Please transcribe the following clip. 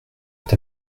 est